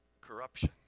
Corruption